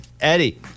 Eddie